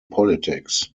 politics